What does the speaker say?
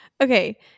okay